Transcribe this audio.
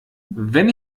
wenn